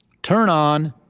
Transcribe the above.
turn on.